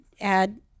add